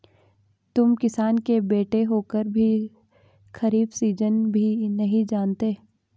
तुम किसान के बेटे होकर भी खरीफ सीजन भी नहीं जानते